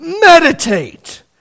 meditate